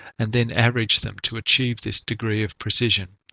and then average them to achieve this degree of precision.